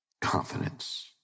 confidence